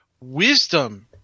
Wisdom